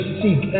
seek